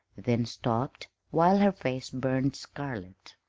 then stopped, while her face burned scarlet.